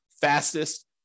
fastest